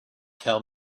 tell